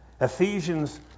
Ephesians